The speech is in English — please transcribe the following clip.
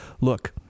look